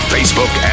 Facebook